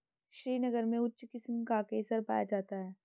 श्रीनगर में उच्च किस्म का केसर पाया जाता है